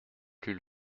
plus